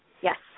Yes